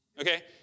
Okay